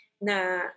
na